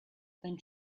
then